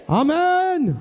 amen